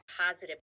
positive